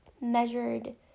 measured